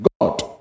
God